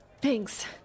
Thanks